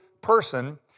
person